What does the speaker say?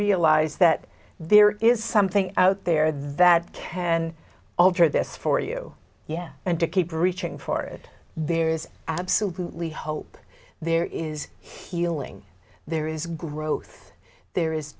realise that there is something out there that can alter this for you yeah and to keep reaching for it there is absolutely hope there is healing there is growth there is